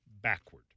backward